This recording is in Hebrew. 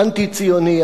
האנטי-ציוני,